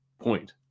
point